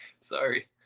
Sorry